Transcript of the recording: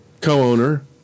co-owner